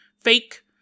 fake